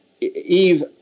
Eve